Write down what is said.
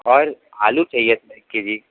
और आलू चाहिए था एक के जी